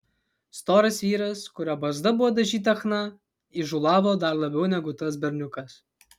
storas vyras kurio barzda buvo dažyta chna įžūlavo dar labiau negu tas berniukas